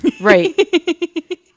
Right